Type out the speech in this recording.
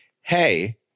Hey